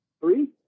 Three